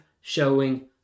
showing